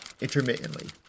intermittently